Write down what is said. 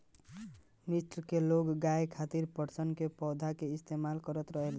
मिस्र के लोग खाये खातिर पटसन के पौधा के इस्तेमाल करत रहले